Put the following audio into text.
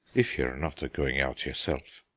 if you're not a-going out yourself.